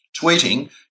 tweeting